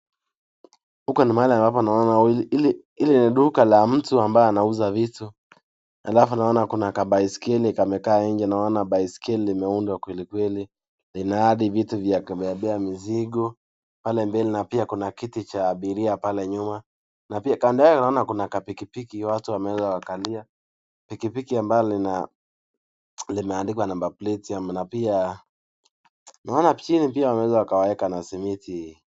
Huku ni mahali ambapo naona hili ni duka la mtu ambaye anauza vitu na alafu kuna kabaiskeli kamekaa nje ,imeundwa kweli kweli na ina hadi viti vya kubebea mizigo pale mbele na pia kuna kiti cha abiria pale nyuma na pia kando yao kuna kapikipiki watu wameweza kukalia ambalo limeandikwa number plate na pia naona wameweza wakaweka na simiti.